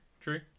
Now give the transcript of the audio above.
true